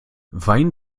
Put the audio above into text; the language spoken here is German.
wein